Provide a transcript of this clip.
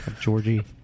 Georgie